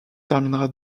terminera